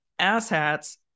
asshats